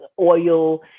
oil